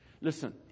Listen